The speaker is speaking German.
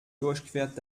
durchquert